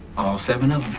seven of